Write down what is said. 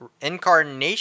incarnation